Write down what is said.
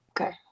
Okay